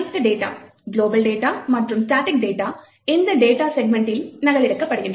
அனைத்து data global data மற்றும் static data இந்த டேட்டா செக்மென்டில் நகலெடுக்கப்படுகின்றன